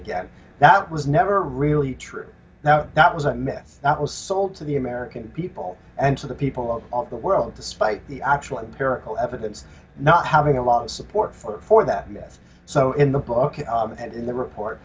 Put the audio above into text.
again that was never really true now that was a myth that was sold to the american people and to the people of the world despite the actual empirical evidence not having a lot of support for for that myth so in the book and in the report